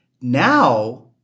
now